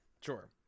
Sure